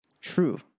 True